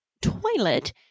toilet